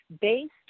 based